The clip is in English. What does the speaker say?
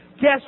guess